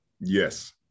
Yes